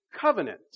covenant